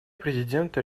президента